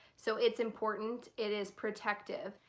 so it's important. it is protective.